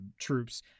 troops